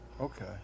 Okay